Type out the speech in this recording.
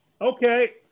Okay